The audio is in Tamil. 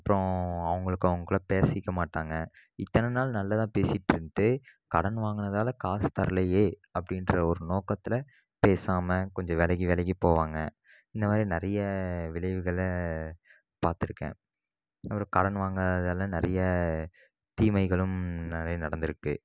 அப்புறம் அவர்களுக்கும் அவங்க கூட பேசிக்கவே மாட்டாங்க இத்தனை நாள் நல்லாதான் பேசிகிட்டு இருந்துட்டு கடன் வாங்கினதுனால காசு தரலையே அப்படின்ற ஒரு நோக்கத்தில் பேசாமல் கொஞ்சம் விலகி விலகி போவாங்க இந்த மாதிரி நிறைய விளைவுகளை பார்த்துருக்கேன் அப்புறம் கடன் வாங்கினதுனால நிறைய தீமைகளும் நிறைய நடந்திருக்கு